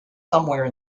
somewhere